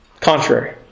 Contrary